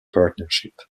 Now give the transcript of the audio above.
partnership